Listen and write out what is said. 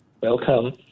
Welcome